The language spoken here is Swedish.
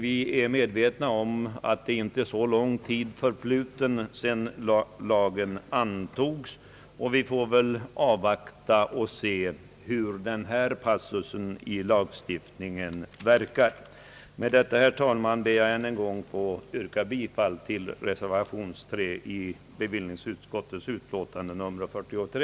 Vi är medvetna om att icke så lång tid förflutit sedan lagen antogs, och vi får väl avvakta och se hur denna passus i lagstiftningen verkar. Med detta, herr talman, ber jag ännu en gång att få yrka bifall till reservation 3 vid bevillningsutskottets betänkande nr 43.